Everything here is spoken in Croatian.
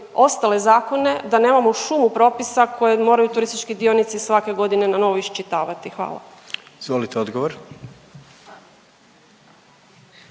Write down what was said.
ostale zakone da nemamo šumu propisa koje moraju turistički dionici svake godine nanovo iščitavati? Hvala. **Jandroković,